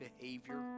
behavior